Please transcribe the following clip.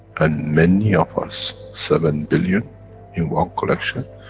and many of us, seven billion in one collection.